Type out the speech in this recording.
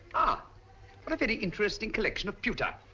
ah, what a very interesting collection of pewter.